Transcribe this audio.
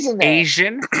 Asian